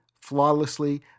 flawlessly